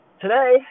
today